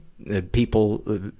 People